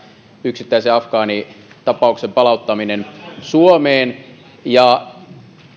yksittäisen afgaanitapauksen palauttaminen suomeen